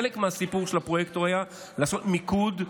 חלק מהסיפור של הפרויקטור היה לעשות מיקוד,